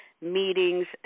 meetings